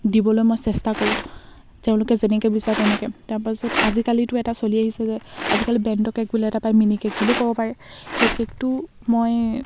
দিবলৈ মই চেষ্টা কৰোঁ তেওঁলোকে যেনেকৈ বিচাৰে তেনেকৈ তাৰপাছত আজিকালিতো এটা চলি আহিছে যে আজিকালি বেণ্ট' কে'ক বুলি এটা পায় মিনি কে'ক বুলিও ক'ব পাৰে সেই কে'কটো মই